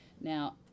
Now